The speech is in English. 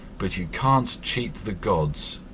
but you can't cheat the gods,